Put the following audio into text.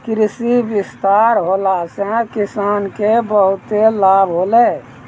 कृषि विस्तार होला से किसान के बहुते लाभ होलै